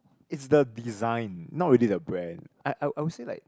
it's the design not really the brand I I I would say like